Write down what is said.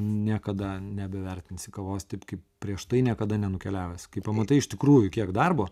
niekada nebevertinsi kavos taip kaip prieš tai niekada nenukeliavęs kai pamatai iš tikrųjų kiek darbo